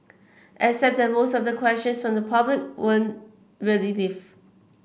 except that most of the questions from the public weren't really live